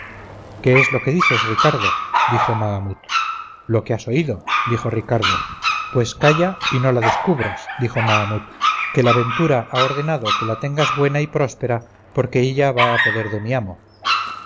qué es lo que dices ricardo dijo mahamut lo que has oído dijo ricardo pues calla y no la descubras dijo mahamut que la ventura va ordenando que la tengas buena y próspera porque ella va a poder de mi amo